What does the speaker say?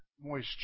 moisture